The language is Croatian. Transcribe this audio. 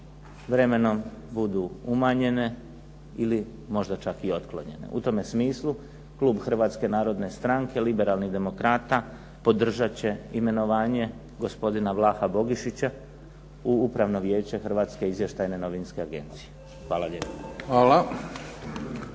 vremenom budu umanjenje ili možda čak i otklonjene. U tome smislu klub Hrvatske narodne strane Liberalnih demokrata podržat će imenovanje gospodina Vlaha Bogišića u Upravno vijeće Hrvatske izvještajne novinske agencije. Hvala lijepo.